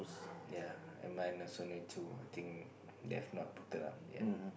ya and mine also need to think they have not put it up yet